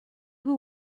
who